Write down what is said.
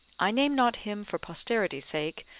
i name not him for posterity's sake,